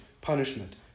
punishment